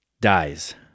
dies